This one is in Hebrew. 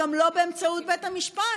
גם לא באמצעות בית המשפט,